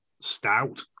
stout